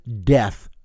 death